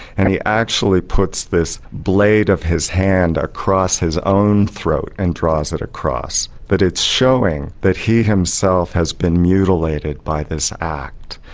and he actually puts this blade of his hand across his own throat and draws it across, that it's showing that he himself has been mutilated by this act.